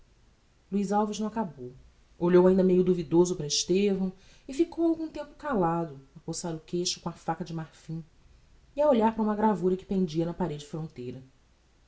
luiz alves não acabou olhou ainda meio duvidoso para estevão e ficou algum tempo calado a coçar o queixo com a faca de marfim e a olhar para uma gravura que pendia na parede fronteira